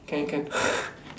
can can